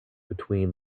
between